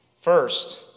First